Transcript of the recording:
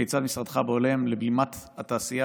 כיצד משרדך פועל לבלימת התעשייה,